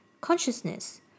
consciousness